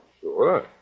sure